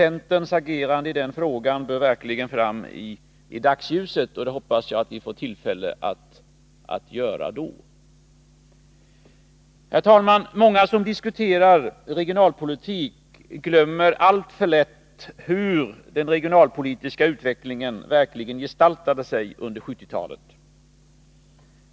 Centerns agerande i den frågan bör verkligen tas fram i dagsljuset, och det hoppas jag att vi får tillfälle att göra då. Herr talman! Många som diskuterar regionalpolitik glömmer alltför lätt hur den regionalpolitiska utvecklingen verkligen gestaltade sig under 1970-talet.